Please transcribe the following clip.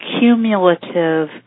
cumulative